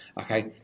okay